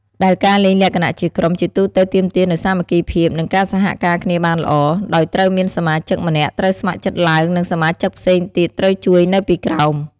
ដែលការលេងលក្ខណៈជាក្រុម ជាទូទៅទាមទារនូវ សាមគ្គីភាព និង ការសហការគ្នាបានល្អ ដោយត្រូវមានសមាជិកម្នាក់ត្រូវស្ម័គ្រចិត្តឡើងនិងសមាជិកផ្សេងទៀតត្រូវជួយនៅពីក្រោម។